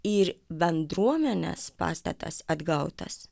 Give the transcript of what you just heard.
ir bendruomenės pastatas atgautas